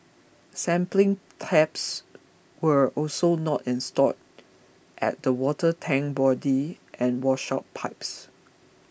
sampling taps were also not installed at the water tank body and washout pipes